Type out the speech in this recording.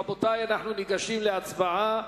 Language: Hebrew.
רבותי, אנחנו ניגשים להצבעה.